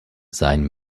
sein